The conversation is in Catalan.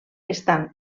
estan